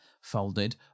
folded